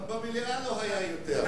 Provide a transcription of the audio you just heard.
גם במליאה לא היה יותר.